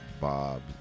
Bob